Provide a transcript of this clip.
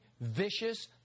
vicious